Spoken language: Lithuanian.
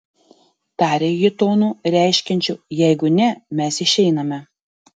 tarė ji tonu reiškiančiu jeigu ne mes išeiname